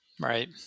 Right